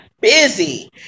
busy